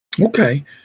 Okay